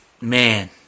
man